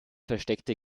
versteckte